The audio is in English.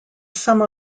some